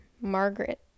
margaret